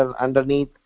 underneath